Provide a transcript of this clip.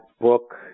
book